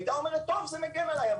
היא הייתה אומרת שזה בסדר כי זה מגן עליה,